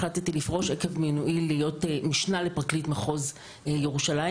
החלטתי לפרוש עקב מינויי להיות משנה לפרקליט מחוז ירושלים,